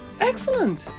excellent